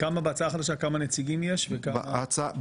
כמה נציגים יש בהצעה החדשה?